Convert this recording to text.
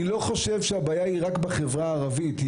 אני לא חושב שהבעיה היא רק בחברה הערבית.